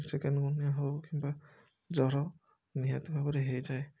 chikungunya ହେଉ କିମ୍ବା ଜ୍ୱର ନିହାତି ଭାବରେ ହେଇଯାଏ